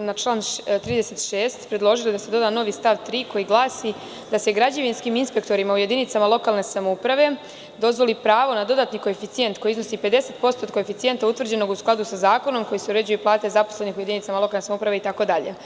na član 36. predložili da se doda novi stav 3. koji glasi da se građevinskim inspektorima u jedinicama lokalne samouprave dozvoli pravo na dodatni koeficijent koji iznosi 50% od koeficijenta utvrđenog u skladu sa zakonom kojim se uređuju plate zaposlenih u jedinicama lokalne samouprave itd.